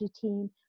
team